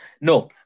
no